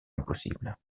impossible